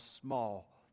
small